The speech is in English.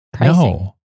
No